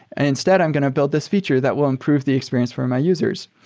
and instead i'm going to build this feature that will improve the experience for my users.